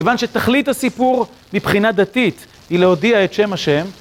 כיוון שתכלית הסיפור מבחינה דתית היא להודיע את שם השם...